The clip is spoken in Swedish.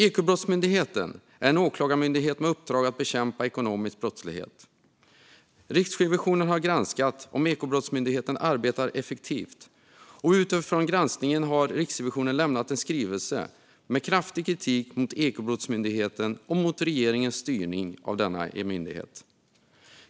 Ekobrottsmyndigheten är en åklagarmyndighet med uppdrag att bekämpa ekonomisk brottslighet. Riksrevisionen har granskat om Ekobrottsmyndigheten arbetar effektivt. Utifrån granskningen har Riksrevisionen lämnat en skrivelse med kraftig kritik mot Ekobrottsmyndigheten och mot regeringens styrning av denna.